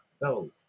No